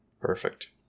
Perfect